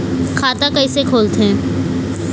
खाता कइसे खोलथें?